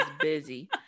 busy